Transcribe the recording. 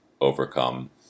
overcome